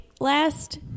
last